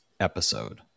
Episode